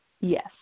Yes